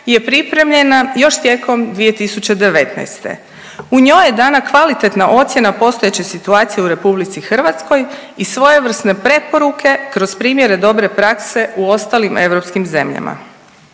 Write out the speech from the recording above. je pripremljena još tijekom 2019.. U njoj je dana kvalitetna ocjena postojeće situacije u RH i svojevrsne preporuke kroz primjere dobre prakse u ostalim europskim zemljama.